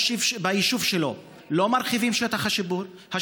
ביישוב שלו לא מרחיבים את שטח השיפוט,